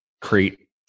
create